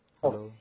Hello